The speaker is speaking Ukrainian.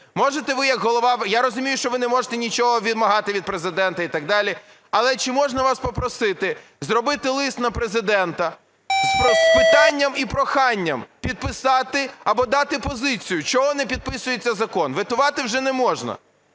Можете ви як Голова... Я розумію, що ви не можете нічого вимагати від Президента і так далі. Але чи можна вас попросити зробити лист на Президента з питанням і проханням підписати або дати позицію, чого не підписується закон. Ветувати вже не можна.